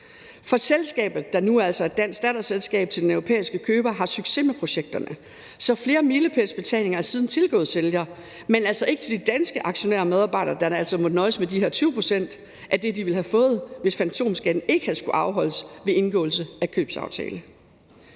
For selskabet, der nu altså er dansk datterselskab til den europæiske køber, har succes med projekterne, så flere milepælsbetalinger er siden tilgået sælger, men altså ikke de danske aktionærer og medarbejdere, der altså måtte nøjes med de her 20 pct. af det, de ville have fået, hvis fantomskatten ikke havde skullet afholdes ved indgåelse af købsaftalen.